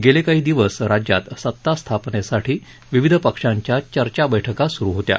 गेले काही दिवस राज्यात सत्ता स्थापनेसाठी विविध पक्षांच्या चर्चा बैठका सुरु होत्या